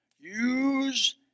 Use